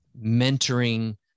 mentoring